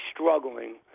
struggling